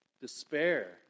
Despair